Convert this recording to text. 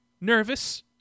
Nervous